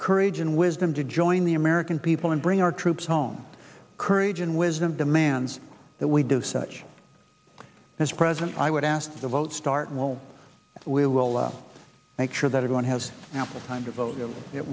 courage and wisdom to join the american people and bring our troops home courage and wisdom demands that we do such as president i would ask the votes start well we will make sure that one has ample time to vote